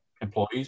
employees